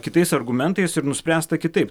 kitais argumentais ir nuspręsta kitaip